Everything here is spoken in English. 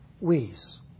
ways